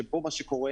שבו מה שקורה,